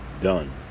done